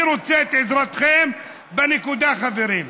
אני רוצה את עזרתכם בנקודה, חברים.